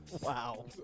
Wow